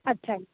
ਅੱਛਾ